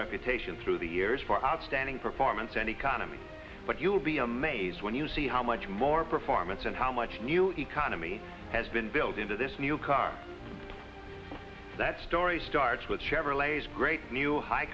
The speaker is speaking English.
reputation through the years for outstanding performance and economy but you'll be amazed when you see how much more performance and how much new economy has been built into this new car that story starts with chevrolets great new high